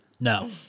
No